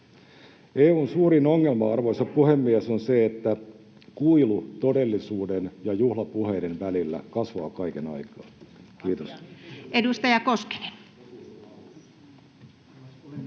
EU:n suurin ongelma, arvoisa puhemies, on se, että kuilu todellisuuden ja juhlapuheiden välillä kasvaa kaiken aikaa. — Kiitos. [Speech